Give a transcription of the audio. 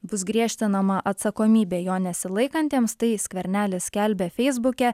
bus griežtinama atsakomybė jo nesilaikantiems tai skvernelis skelbia feisbuke